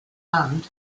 and